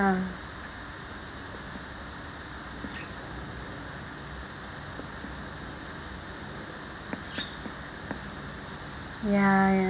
ya ya